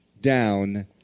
down